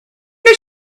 and